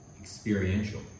experiential